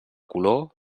color